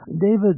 David